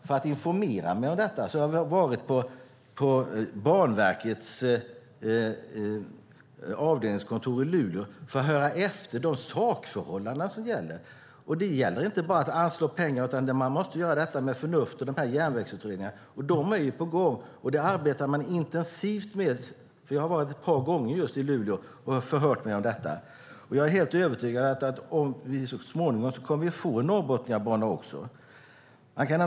För att informera mig i frågan och för att höra efter vilka sakförhållanden som gäller har jag besökt Banverkets avdelningskontor i Luleå. Det handlar inte bara om att anslå pengar. Det måste ske med förnuft. Järnvägsutredningarna är på gång. Man arbetar intensivt i Luleå. Jag har varit ett par gånger i Luleå och förhört mig om detta. Jag är helt övertygad om att vi så småningom kommer att få en Norrbotniabana.